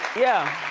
yeah.